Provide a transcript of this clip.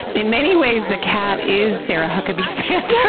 in many ways. the cat is sarah huckabee sanders,